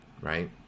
right